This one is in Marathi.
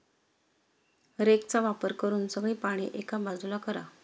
रेकचा वापर करून सगळी पाने एका बाजूला करा